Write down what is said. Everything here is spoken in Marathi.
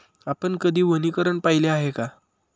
आपण कधी वनीकरण पाहिले आहे का?